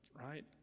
right